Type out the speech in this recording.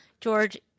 George